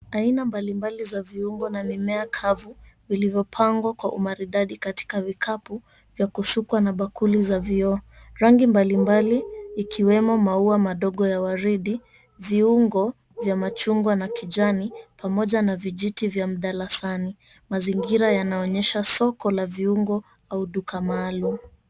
Aina mbali mbali za viungo na mimea kavu vilivyopangwa kwa umaridadi katika vikapu vya kusukwa na bakuli za vioo. Rangi mbali mbali vikiwemo maua madogo ya waridi, viungo vya machungwa na kijani pamoja na vijiti ya mdalasani. Mazingira yanaonyesha soko la viungo au duka maalum.